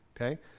okay